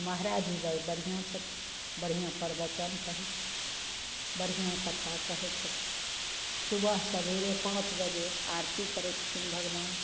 महाराज जी बढ़िआँ छथिन बढ़िआँ प्रवचन कहय छथिन बढ़िआँ कथा कहय छथिन सुबह सबेरे पाँच बजे आरती करय छथिन भगवानके